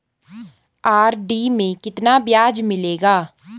RD में कितना ब्याज मिलेगा?